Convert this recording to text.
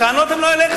הטענות הן לא אליך.